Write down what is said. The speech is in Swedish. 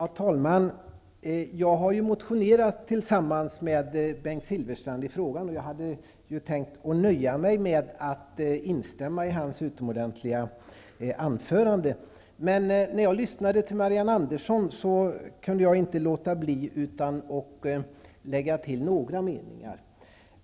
Herr talman! Jag har tillsammans med Bengt Silfverstrand motionerat i frågan, och jag hade tänkt att nöja mig med att instämma i hans utomordentliga anförande. Men efter att jag har lyssnat på Marianne Andersson kan jag inte låta bli att lägga till några meningar.